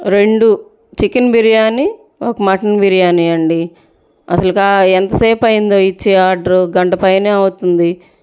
రెండు చికెన్ బిర్యానీ ఒక మటన్ బిర్యానీ అండీ అసలు కా ఎంత సేపు అయిందో ఇచ్చి ఆర్డర్ గంట పైనే అవుతుంది